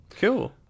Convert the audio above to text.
Cool